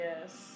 Yes